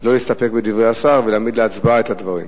שלא להסתפק בדברי השר ולהעמיד להצבעה את הדברים.